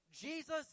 Jesus